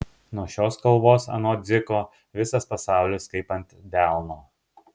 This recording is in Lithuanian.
nuo šios kalvos anot dziko visas pasaulis kaip ant delno